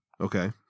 okay